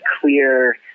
clear